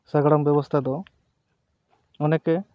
ᱥᱟᱜᱟᱲᱚᱢ ᱵᱮᱵᱚᱥᱛᱷᱟ ᱫᱚ ᱚᱱᱮᱠᱮ